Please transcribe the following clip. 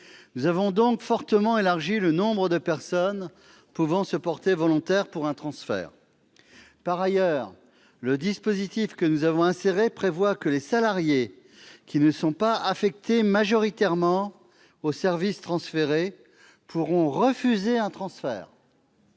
Nous avons donc fortement étendu le nombre de personnes pouvant se porter volontaires pour un transfert. Par ailleurs, le dispositif que nous avons inséré prévoit que les salariés qui ne sont pas affectés majoritairement au service transféré pourront refuser le transfert.